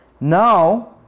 Now